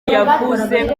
yavuze